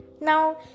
Now